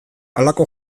halako